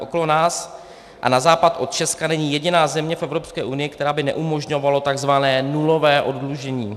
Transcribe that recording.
Okolo nás a na západ od Česka není jediná země v Evropské unii, která by neumožňovala tzv. nulové oddlužení.